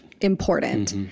important